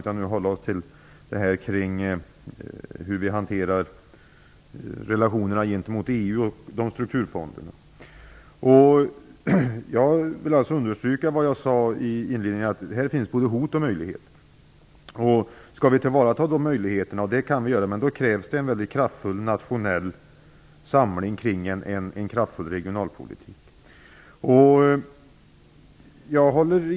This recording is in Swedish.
Vi skall här hålla oss kring hur vi hanterar relationerna gentemot EU och dess strukturfonder. Jag vill understryka vad jag sade i inledningen. Här finns både hot och möjligheter. Skall vi tillvarata de möjligheterna, och det kan vi göra, krävs det en mycket kraftfull nationell samling kring en kraftfull regionalpolitik.